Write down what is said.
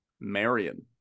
Marion